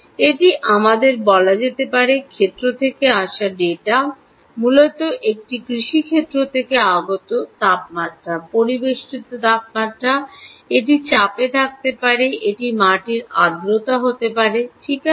এটি আমাদের বলা যেতে পারে ক্ষেত্র থেকে আসা ডেটা মূলত একটি কৃষি ক্ষেত্র থেকে আগত তাপমাত্রা পরিবেষ্টিত তাপমাত্রা এটি চাপে থাকতে পারে এটি মাটির আর্দ্রতা হতে পারে ঠিক আছে